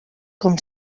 com